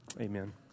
amen